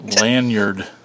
lanyard